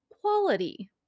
quality